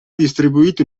distribuito